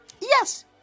Yes